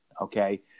okay